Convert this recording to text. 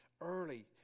early